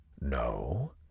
No